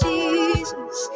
Jesus